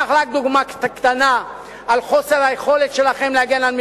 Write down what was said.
קח רק דוגמה קטנה לחוסר היכולת שלכם להגן על מפעלים: